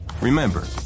Remember